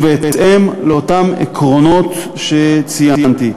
ובהתאם לאותם עקרונות שציינתי.